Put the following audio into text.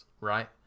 right